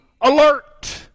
alert